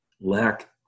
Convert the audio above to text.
lack